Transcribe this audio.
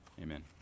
amen